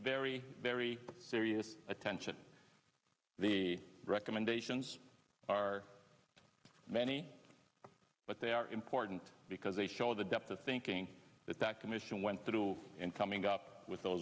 very very serious attention the recommendations are many but they are important because they show the depth of thinking that that commission went through in coming up with those